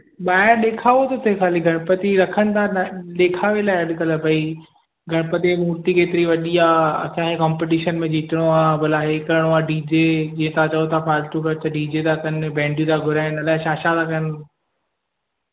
ॿाहिरि ॾेखाव थो थिए खाली गणपति रखनि था ॾेखावे जे लाइ अॼुकल्ह भई गणपति जी मूर्ति केतिरी वॾी आहे असांजे कम्पटीशन में जीतणो आहे भला हे करिणो आहे डी जे जीअं तव्हां चयो पिया फ़ालतू ख़र्चु डी जे था कनि बैंडूं था घुराइनि अलाए छा छा था कनि